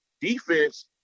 Defense